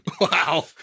Wow